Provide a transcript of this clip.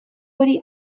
hori